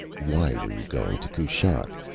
why were you going to kushat?